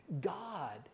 God